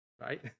right